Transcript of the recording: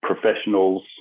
professionals